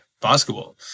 basketball